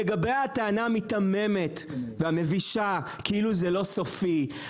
לגבי הטענה המיתממת והמבישה כאילו זה לא סופי.